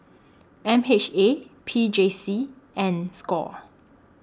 M H A P J C and SCORE